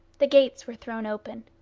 the gates were thrown open,